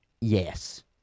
Yes